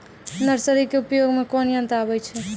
Nursery के उपयोग मे कोन यंत्र आबै छै?